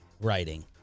writing